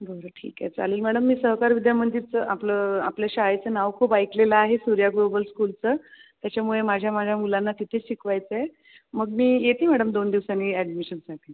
बरं ठीक आहे चालेल मॅडम मी सहकार विद्या मंदिरचं आपलं आपल्या शाळेचं नाव खूप ऐकलेलं आहे सूर्या ग्लोबल स्कूलचं त्याच्यामुळे माझ्या माझ्या मुलांना तिथेच शिकवायचं आहे मग मी येते मॅडम दोन दिवसांनी ॲडमिशनसाठी